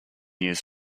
years